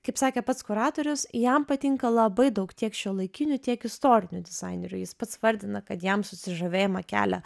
kaip sakė pats kuratorius jam patinka labai daug tiek šiuolaikinių tiek istorinių dizainerių jis pats vardina kad jam susižavėjimą kelia